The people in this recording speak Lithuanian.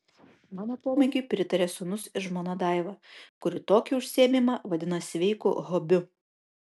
mano pomėgiui pritaria sūnus ir žmona daiva kuri tokį užsiėmimą vadina sveiku hobiu